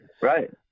Right